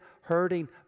hurting